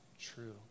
true